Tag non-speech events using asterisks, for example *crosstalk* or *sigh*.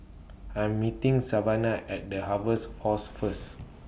I Am meeting Savana At The Harvest Force First *noise*